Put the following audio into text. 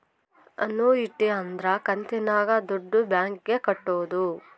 annuity ಅಂದ್ರ ಕಂತಿನಾಗ ದುಡ್ಡು ಬ್ಯಾಂಕ್ ಗೆ ಕಟ್ಟೋದು